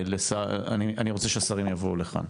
אני רוצה שהשרים יבואו לכאן.